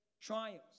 trials